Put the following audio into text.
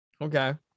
Okay